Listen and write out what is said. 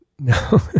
No